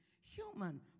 human